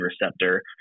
receptor